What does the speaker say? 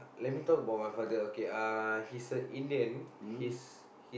let me talk about my father okay uh he's a Indian he's he